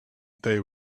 they